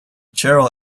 cheryl